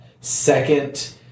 second